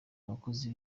abakozi